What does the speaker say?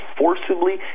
forcibly